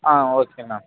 ah okay ma'am